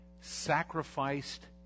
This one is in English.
sacrificed